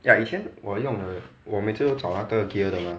ya 以前我用的我每次都找那个 gear 的 mah